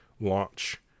launch